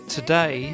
today